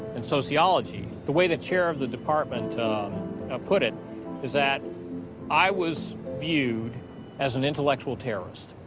and sociology. the way the chair of the department ah put it is that i was viewed as an intellectual terrorist.